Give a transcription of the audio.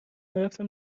رفتم